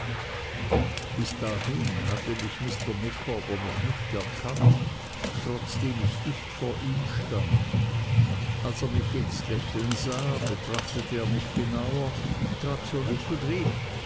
bis dahin hatte mich mr micawber noch nicht erkannt trotzdem ich dicht vor ihm stand als er mich jetzt lächeln sah betrachtete er mich genauer trat zurück und rief